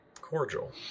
cordial